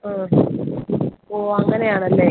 ഓ ഓ അങ്ങനെ ആണല്ലെ